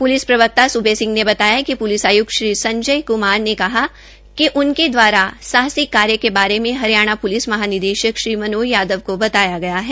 police प्रवकता सुबे सिंह ने बताया कि प्लिस आय्क्त श्री संजय क्मार ने कहा कि उनके द्वारा साहसिक कार्य के बारे में हरियाणा प्लिस महानिदेशक श्री मनोज यादव को बताया गया है